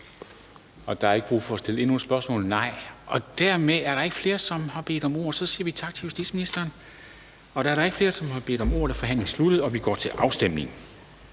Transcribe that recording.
Der er ikke brug for endnu en kort bemærkning? Nej. Dermed er der ikke flere, som har bedt om ordet, og vi siger tak til justitsministeren. Da der ikke er flere, der har bedt om ordet, er forhandlingen sluttet, og vi går til afstemning.